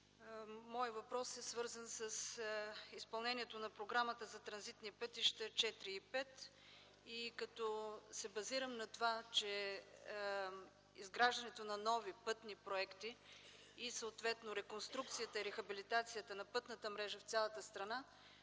Моят въпрос е свързан с изпълнението на Програмата за транзитни пътища ІV и V. Като се базирам на това, че изграждането на нови пътни проекти и съответно реконструкцията и рехабилитацията на пътната мрежа в цялата страна